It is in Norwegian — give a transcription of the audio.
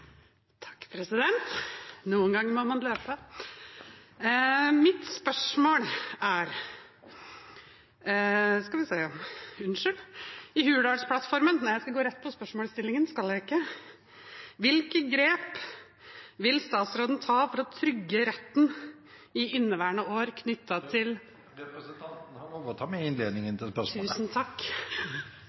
I Hurdalsplattformen ... Nei, jeg skal gå rett på spørsmålsstillingen, skal jeg ikke? – Hvilke grep vil statsråden ta for å trygge retten i inneværende år, knyttet til ... Representanten har lov å ta med innledningen til spørsmålet. Tusen takk.